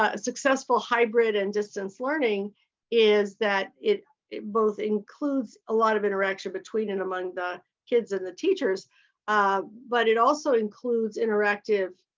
ah successful hybrid and distance learning is that it it both includes a lot of interaction between and among the kids and the teachers but it also includes interactive,